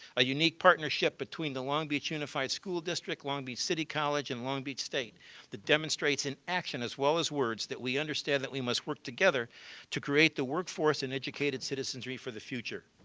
a unique partnership between the long beach unified school district, long beach city college and long beach state that demonstrates in action as well as words that we understand that we must work together to create the work force and educated citizenry for the future.